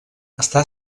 està